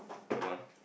hold on